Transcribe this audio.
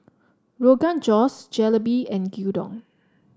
Rogan Josh Jalebi and Gyudon